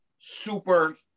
super